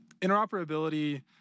interoperability